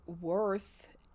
worth